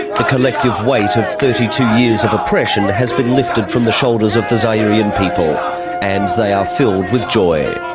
the collective weight of thirty two years of oppression has been lifted from the shoulders of the zairian people and they are filled with joy.